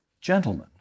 gentlemen